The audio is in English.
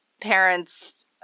parents